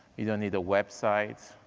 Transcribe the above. you don't need a website,